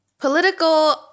Political